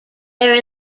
there